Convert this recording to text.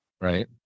Right